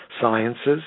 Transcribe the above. sciences